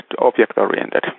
object-oriented